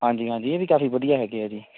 ਹਾਂਜੀ ਹਾਂਜੀ ਇਹ ਵੀ ਕਾਫ਼ੀ ਵਧੀਆ ਹੈਗੇ ਹੈ ਜੀ